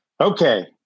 Okay